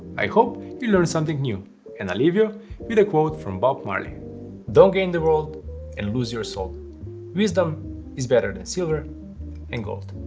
i hope you learned something new and i'll leave you with a quote from bob marley don't gain the world and lose your soul wisdom is better than silver and gold.